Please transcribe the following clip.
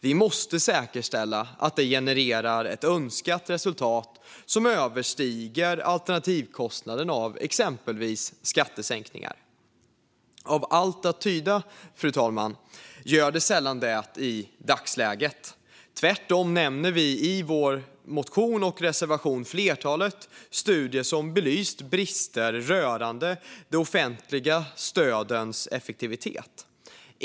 Vi måste säkerställa att de genererar ett önskat resultat som överstiger alternativkostnaden av exempelvis skattesänkningar. Av allt att döma, fru talman, gör de sällan det i dagsläget. Tvärtom. I vår reservation nämner vi ett flertal studier som belyser brister rörande de offentliga stödens effektivitet.